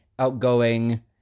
Outgoing